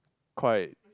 quite